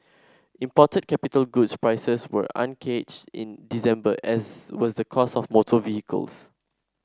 imported capital goods prices were unchanged in December as was the cost of motor vehicles